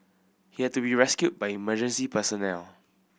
he had to be rescued by emergency personnel